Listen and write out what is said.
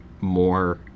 more